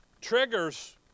triggers